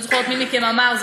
לא זוכרת מי מכם אמר,